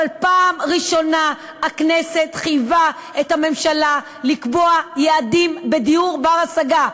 אבל פעם ראשונה הכנסת חייבה את הממשלה לקבוע יעדים בדיור בר-השגה.